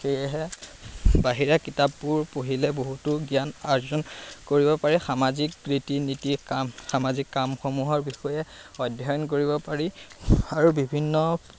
সেয়েহে বাহিৰা কিতাপবোৰ পঢ়িলে বহুতো জ্ঞান আৰ্জন কৰিব পাৰি সামাজিক ৰীতি নীতি কাম সামাজিক কামসমূহৰ বিষয়ে অধ্যয়ন কৰিব পাৰি আৰু বিভিন্ন